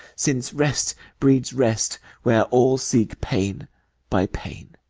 since rest breeds rest, where all seek pain by pain.